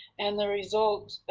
and the result